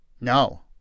No